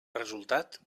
resultat